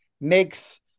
makes